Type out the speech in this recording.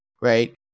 right